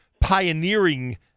pioneering